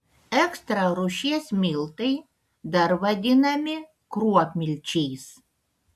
ekstra rūšies miltai dar vadinami kruopmilčiais